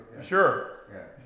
Sure